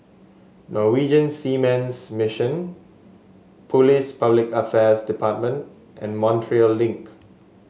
Norwegian Seamen's Mission Police Public Affairs Department and Montreal Link